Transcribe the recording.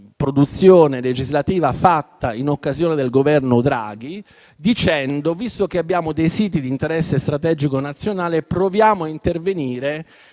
produzione legislativa fatta in occasione del Governo Draghi dicendo qualcosa del tipo: visto che abbiamo dei siti di interesse strategico nazionale, proviamo a intervenire